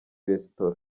resitora